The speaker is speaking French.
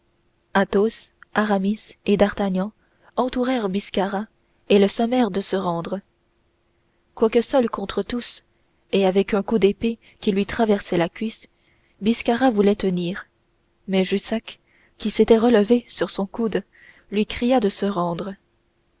cardinalistes athos aramis et d'artagnan entourèrent biscarat et le sommèrent de se rendre quoique seul contre tous et avec un coup d'épée qui lui traversait la cuisse biscarat voulait tenir mais jussac qui s'était élevé sur son coude lui cria de se rendre